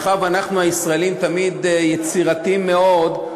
מאחר שאנחנו הישראלים תמיד יצירתיים מאוד,